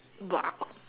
!wow!